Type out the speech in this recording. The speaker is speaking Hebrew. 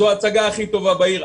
זו ההצגה הכי טובה בעיר.